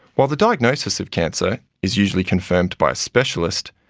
while the diagnosis of cancer is usually confirmed by a specialist,